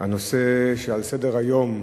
הנושא שעל סדר-היום,